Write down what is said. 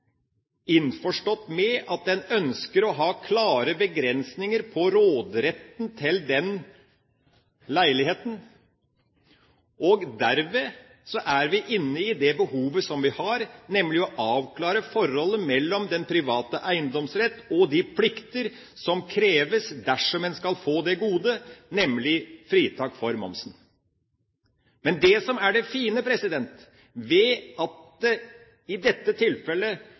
innforstått med at en ønsker å ha klare begrensninger på råderetten til leilighetene. Derved er vi inne på det behovet vi har for å avklare forholdet mellom den private eiendomsrett og de plikter som kreves dersom man skal få det godet, nemlig fritak for momsen. Det som er det fine ved at i dette tilfellet